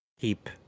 keep